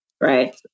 Right